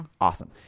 awesome